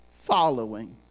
following